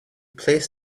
placed